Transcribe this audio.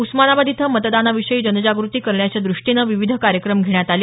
उस्मानाबाद इथं मतदानाविषयी जनजागृती करण्याच्या दृष्टीनं विविध कार्यक्रम घेण्यात आले